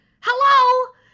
hello